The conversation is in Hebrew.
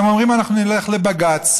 הם אומרים: אנחנו נלך לבג"ץ,